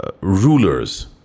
rulers